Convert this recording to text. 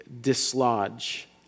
dislodge